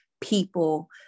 people